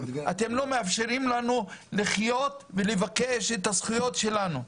אתם לא מאפשרים לנו לחיות ולבקש את הזכויות שלנו.